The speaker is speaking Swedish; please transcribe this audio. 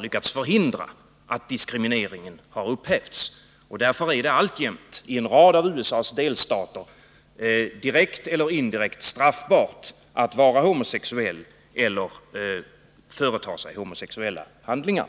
lyckats förhindra att diskrimineringen upphävts. Därför är det alltjämt i en rad av USA:s delstater direkt eller indirekt straffbart att vara homosexuell eller företa sig homosexuella handlingar.